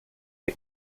der